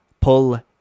pull